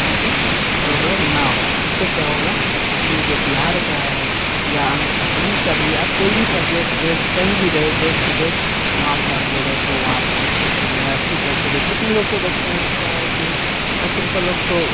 ताकि प्रॉब्लम ना हो इससे क्या होगा अपने जो बिहार का है या अन्यथा कहीं का भी है अब आप कोई भी प्रदेश देश कहीं भी रहें देश विदेश वहाँ पर आप लोग ऐसे वहाँ पर इस लोग को ज्यादती करते देखें कितने लोग को देखते हैं कि क्या है कि और तिरपल लोग तो